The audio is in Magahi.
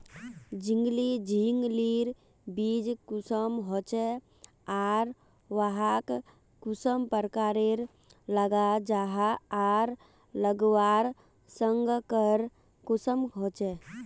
झिंगली झिंग लिर बीज कुंसम होचे आर वाहक कुंसम प्रकारेर लगा जाहा आर लगवार संगकर कुंसम होचे?